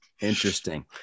Interesting